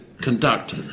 conduct